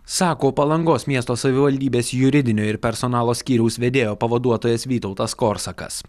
sako palangos miesto savivaldybės juridinio ir personalo skyriaus vedėjo pavaduotojas vytautas korsakas